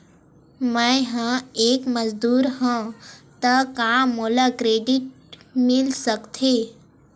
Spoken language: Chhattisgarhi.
मैं ह एक मजदूर हंव त का मोला क्रेडिट मिल सकथे?